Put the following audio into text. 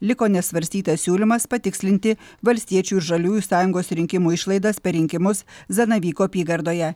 liko nesvarstytas siūlymas patikslinti valstiečių ir žaliųjų sąjungos rinkimų išlaidas per rinkimus zanavykų apygardoje